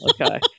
okay